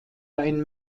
ein